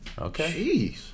Okay